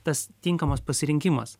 tas tinkamas pasirinkimas